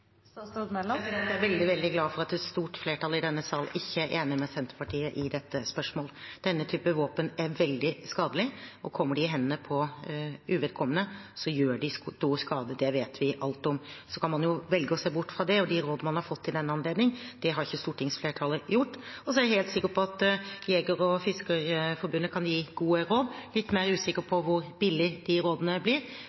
med Senterpartiet i dette spørsmålet. Denne typen våpen er veldig skadelige, og kommer de i hendene på uvedkommende, gjør de stor skade. Det vet vi alt om. Så kan man velge å se bort fra det og de rådene man har fått i den anledning – det har ikke stortingsflertallet gjort. Jeg er helt sikker på at Jeger- og Fiskerforbundet kan gi gode råd. Jeg er litt mer usikker på